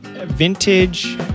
Vintage